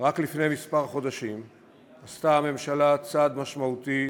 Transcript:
כי רק לפני חודשים מספר עשתה הממשלה צעד משמעותי